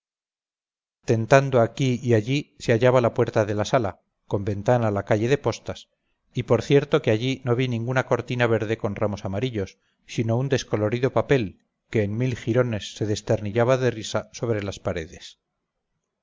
tentando aquí y allí se hallaba la puerta de la sala con ventana a la calle de postas y por cierto que allí no vi ninguna cortina verde con ramos amarillos sino un descolorido papel que en mil jirones se desternillaba de risa sobre las paredes